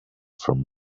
from